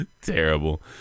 Terrible